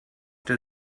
der